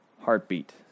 heartbeat